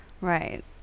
Right